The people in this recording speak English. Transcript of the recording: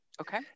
Okay